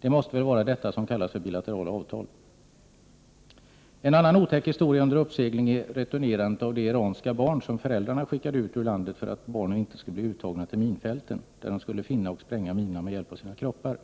Det måste väl vara detta som kallas för bilaterala avtal. En annan otäck historia under uppsegling är returnerandet av de iranska barn som föräldrarna skickat ut ur landet, detta för att barnen inte skulle bli uttagna till minfälten, där de skulle finna och spränga minorna med hjälp av sina kroppar.